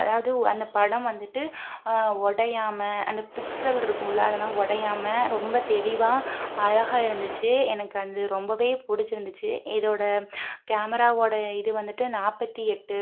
அதாவது அந்த படம் வந்துட்டு உடையாம அந்த பிக்சல் இருக்கும்ல அதெல்லாம் உடையாம ரொம்ப தெளிவாக அழகாக இருந்துச்சு எனக்கு அது ரொம்பவே பிடிச்சிருந்துச்சி இதோடய கேமராவோட இது வந்துட்டு நாற்பத்தி எட்டு